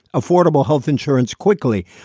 affordable health insurance quickly.